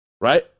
Right